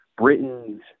Britain's